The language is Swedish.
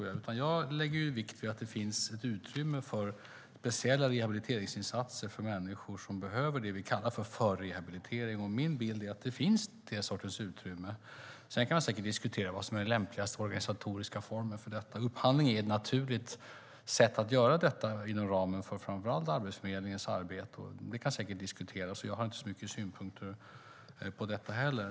Jag lägger vikt vid att det finns ett utrymme för speciella rehabiliteringsinsatser för människor som behöver det vi kallar förrehabilitering. Min bild är att den sortens utrymme finns. Sedan kan man säkert diskutera vad som är den lämpligaste organisatoriska formen för detta. Upphandling är ett naturligt sätt att göra detta inom ramen för framför allt Arbetsförmedlingens arbete, och det kan säkert diskuteras. Jag har inte så mycket synpunkter på detta heller.